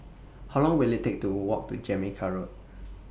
How Long Will IT Take to Walk to Jamaica Road